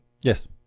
Yes